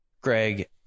Greg